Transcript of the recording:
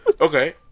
Okay